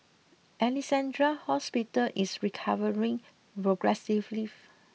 Alexandra Hospital is recovering progressively